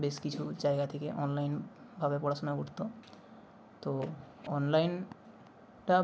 বেশ কিছু জায়গা থেকে অনলাইনভাবে পড়াশোনা করতো তো অনলাইনটা